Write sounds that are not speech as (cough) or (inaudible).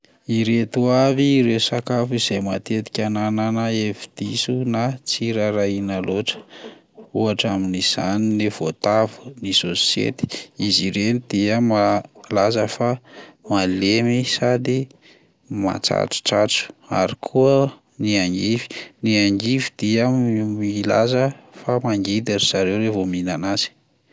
Ireto avy ireo sakafo izay matetika hananana hevi-diso na tsy rarahiana loatra: ohatra amin'izany ny voatavo, ny sôsety, izy ireny dia malaza fa malemy sady matsatsotsatso ary ny angivy, ny angivy dia (unintelligible) milaza fa mangidy ry zareo raha vao mihinana azy.